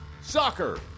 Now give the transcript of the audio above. Soccer